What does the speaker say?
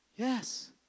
Yes